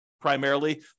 primarily